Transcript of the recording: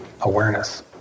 awareness